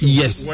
yes